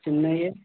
చిన్నవి